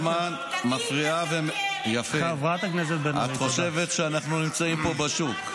את כל הזמן מפריעה ------ את חושבת שאנחנו נמצאים פה בשוק.